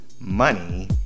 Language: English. Money